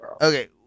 Okay